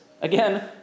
again